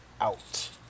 out